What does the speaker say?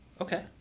Okay